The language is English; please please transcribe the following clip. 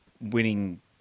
winning